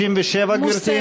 37, גברתי?